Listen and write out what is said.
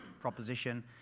proposition